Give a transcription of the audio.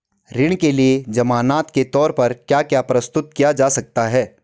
ऋण के लिए ज़मानात के तोर पर क्या क्या प्रस्तुत किया जा सकता है?